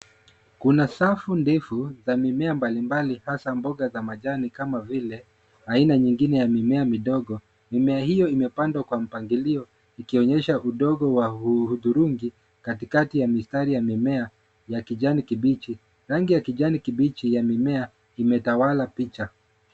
Kuna safu ndefu za mimea mbali mbali hasa mboga za majani kama vile aina nyingine ya mimea midogo. Mimea hiyo imepandwa kwa mpangilio ikionyesha udongo wa hudhurungi katikati ya mistari ya mimea ya kijani kibichi. Rangi ya kijani kibichi ya mimea imetawala picha.